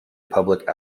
public